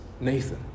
Nathan